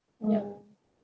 yeah